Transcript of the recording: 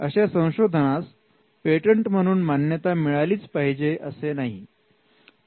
अशा संशोधनास पेटंट म्हणून मान्यता मिळालीच पाहिजे असे नाही